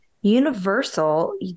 Universal